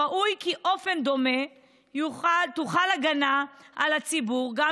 ראוי כי באופן דומה תוחל הגנה על הציבור גם